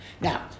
now